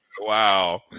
Wow